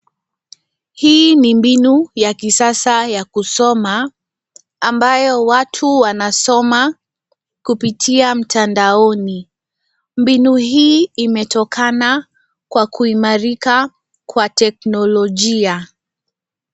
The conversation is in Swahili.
Hii ni mbinu ya kisasa ya kusoma ambayo watu wanasoma kupitia mtandaoni. Mbinu hii imetokana kwa kuimarika kwa teknolojia.